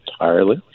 entirely